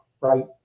right